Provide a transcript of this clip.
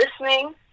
Listening